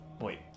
wait